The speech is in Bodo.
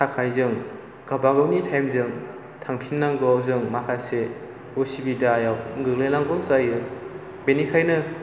थाखाय जों गावबा गावनि टाइमजों थांफिननांगौ जों माखासे उसुबिदायाव गोग्लैनांगौ जायो बेनिखायनो